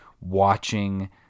watching